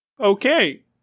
Okay